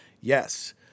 yes